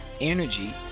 energy